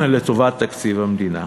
לטובת תקציב המדינה.